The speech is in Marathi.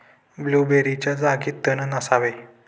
ब्लूबेरीच्या जागी तण नसावे